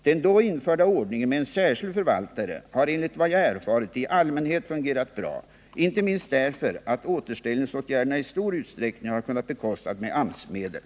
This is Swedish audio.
Den då införda ordningen med en särskild förvaltare har enligt vad jag erfarit i allmänhet fungerat bra, inte minst därför att återställningsåtgärderna i stor utsträckning har kunnat bekostas med AMS-medel.